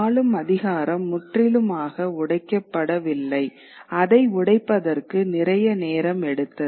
ஆளும் அதிகாரம் முற்றிலுமாக உடைக்கப்படவில்லை அதை உடைப்பதற்கு நிறைய நேரம் எடுத்தது